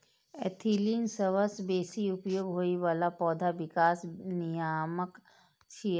ethylene सबसं बेसी उपयोग होइ बला पौधा विकास नियामक छियै